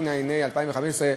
התשע"ה 2015,